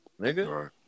Nigga